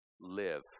live